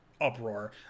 uproar